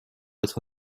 être